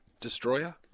destroyer